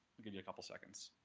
i'll give you a couple seconds.